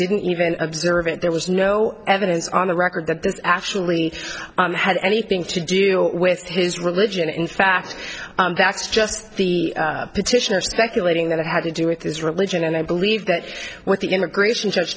didn't even observant there was no evidence on the record that this actually had anything to do with his religion in fact that's just the petitioner speculating that it had to do with his religion and i believe that's what the immigration judge